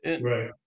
Right